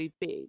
big